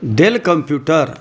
dell computer